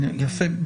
יפה.